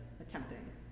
attempting